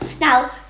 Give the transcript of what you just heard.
now